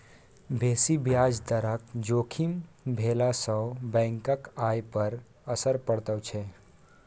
बेसी ब्याज दरक जोखिम भेलासँ बैंकक आय पर असर पड़ैत छै